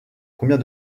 combien